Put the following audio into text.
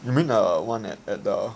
you mean uh the one at at the